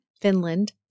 Finland